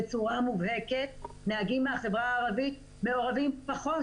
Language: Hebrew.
בצורה מובהקת נהגים מהחברה הערבית מעורבים פחות